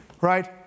Right